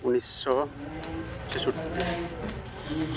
ᱩᱱᱤᱥᱥᱚ ᱪᱷᱮᱥᱚᱴᱴᱤ